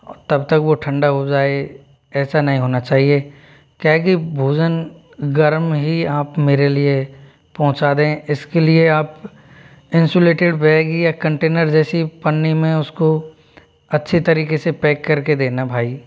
और तब तक वो ठंडा हो जाए ऐसा नहीं होना चाहिए क्या है कि भोजन गर्म ही आप मेरे लिए पहुँचा दें इसके लिए आप इंसुलेटेड बैग ही या कंटेनर जैसी पन्नी में उसको अच्छी तरीके से पैक करके देना भाई